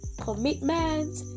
commitment